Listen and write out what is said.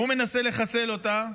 הוא מנסה לחסל אותה,